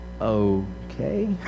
okay